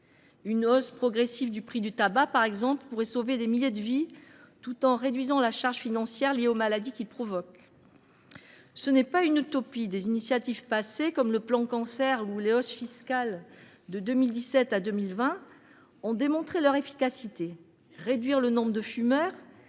Une hausse progressive du prix du tabac, par exemple, pourrait sauver des milliers de vies, tout en réduisant la charge financière liée aux maladies qu’il provoque. Ce n’est pas une utopie : des initiatives passées, comme le plan Cancer ou les hausses fiscales décidées de 2017 à 2020, ont démontré leur efficacité. Réduire le nombre de fumeurs,